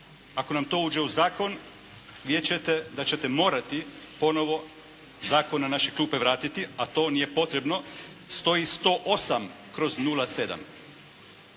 Ako nam to uđe u zakon vidjet ćete da ćete morati ponovo zakon na naše klupe vratiti a to nije potrebno, stoji 108/07.